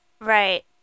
Right